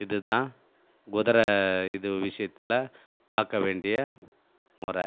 இதுதான் குதுரை இது விஷயத்தில் பார்க்க வேண்டிய முறை